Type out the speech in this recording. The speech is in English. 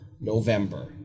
November